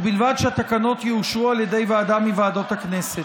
ובלבד שהתקנות יאושרו על ידי ועדה מוועדות הכנסת.